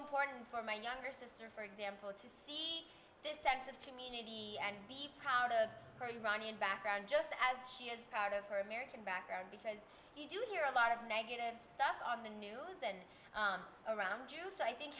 important for my younger sister for example to see that sense of community and be proud of her iranian background just as she is proud of her american background because you do hear a lot of negative stuff on the news and around you so i think